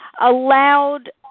allowed